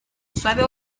sabe